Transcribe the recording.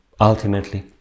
ultimately